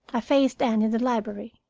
i faced anne in the library.